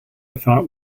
thought